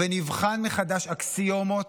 ונבחן מחדש אקסיומות,